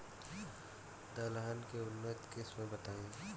दलहन के उन्नत किस्म बताई?